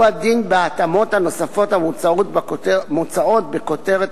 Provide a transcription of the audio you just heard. הוא הדין בהתאמות הנוספות המוצעות בכותרת